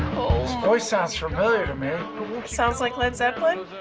voice sounds familiar to me. it sounds like led zeppelin.